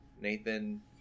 Nathan